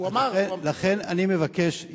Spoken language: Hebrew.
לכן אני מבקש,